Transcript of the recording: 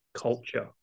culture